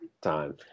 time